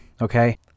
okay